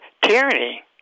tyranny